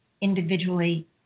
individually